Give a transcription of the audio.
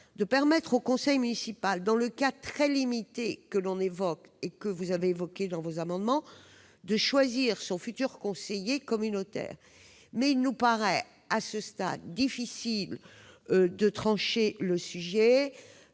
de permettre au conseil municipal, dans le cas très limité qui fait l'objet des amendements, de choisir son futur conseiller communautaire. Mais il nous paraît, à ce stade, difficile de trancher le sujet